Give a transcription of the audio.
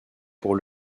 pour